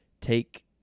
take